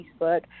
Facebook